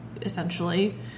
essentially